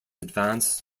advance